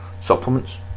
supplements